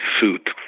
suit